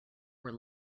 were